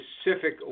specific